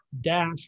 dash